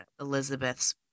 elizabeth's